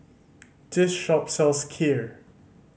this shop sells Kheer